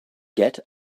get